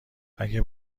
اگه